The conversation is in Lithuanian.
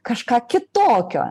kažką kitokio